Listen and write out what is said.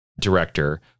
director